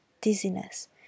dizziness